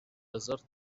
desert